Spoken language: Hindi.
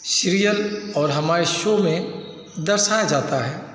शिरीयल और हमरे शो में दर्शाया जाता है